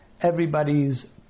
everybody's